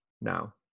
now